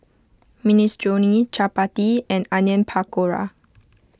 Minestrone Chapati and Onion Pakora